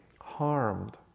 harmed